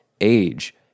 Age